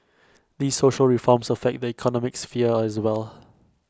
these social reforms affect the economic sphere as well